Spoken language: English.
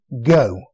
Go